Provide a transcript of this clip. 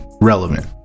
relevant